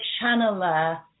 channeler